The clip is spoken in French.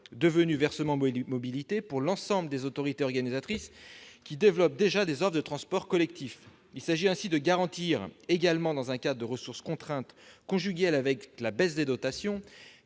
devenu versement mobilité, pour l'ensemble des autorités organisatrices qui développent déjà des offres de transport collectif. Il s'agit également de garantir, dans un cadre de ressources contraintes qui se conjugue avec la baisse des dotations,